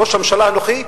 ראש הממשלה הנוכחי,